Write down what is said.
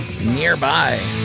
nearby